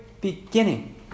beginning